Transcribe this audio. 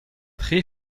tri